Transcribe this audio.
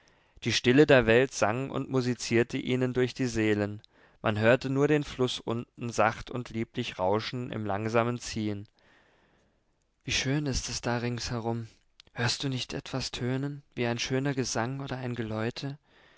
die stille der welt sang und musizierte ihnen durch die seelen man hörte nur den fluß unten sacht und lieblich rauschen im langsamen ziehen wie schön ist es da ringsherum hörst du nicht etwas tönen wie ein schöner gesang oder ein geläute